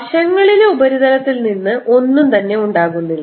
വശങ്ങളിലെ ഉപരിതലത്തിൽ നിന്ന് ഒന്നും തന്നെ ഉണ്ടാകുന്നില്ല